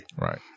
Right